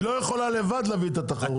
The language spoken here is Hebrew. היא לא יכולה לבד להביא את התחרות.